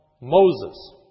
Moses